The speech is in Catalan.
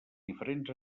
diferents